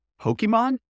Pokemon